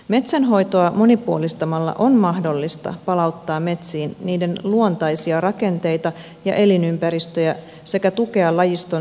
metsänhoitoa monipuolistamalla on mahdollista palauttaa metsiin niiden luontaisia rakenteita ja elinympäristöjä sekä tukea lajiston säilymistä